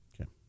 Okay